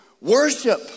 worship